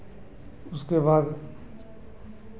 उसके बाद